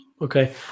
okay